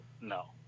No